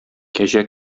кәҗә